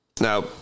now